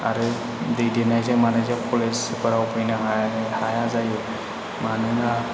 आरो दै देरनायजों मानायजों कलेजफोराव फैनो हाया जायो मानोना